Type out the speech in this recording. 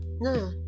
No